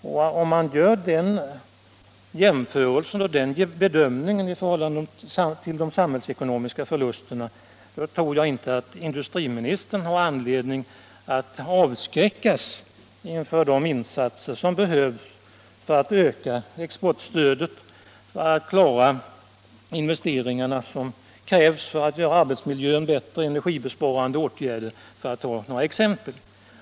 Gör man den jämförelsen och den bedömningen i förhållande till de samhällsekonomiska förlusterna tror jag inte att industriministern har anledning att avskräckas inför de insatser som behövs för att öka exportstödet och klara de investeringar som krävs för att göra arbetsmiljön bättre och vidta energibesparande åtgärder, för att ta några exempel.